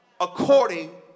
according